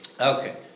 Okay